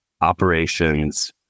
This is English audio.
operations